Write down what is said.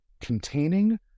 containing